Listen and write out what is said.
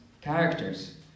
characters